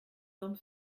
homme